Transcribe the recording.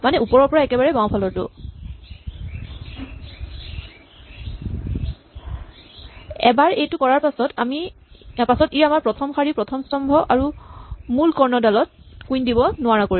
মানে ওপৰৰ একেবাৰে বাওঁফালৰটো এবাৰ এইটো কৰাৰ পাছত ই আমাৰ প্ৰথম শাৰী প্ৰথম স্তম্ভ আৰু মূল কৰ্ণডালত আৰু কুইন দিব নোৱাৰা কৰিব